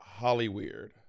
Hollyweird